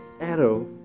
arrow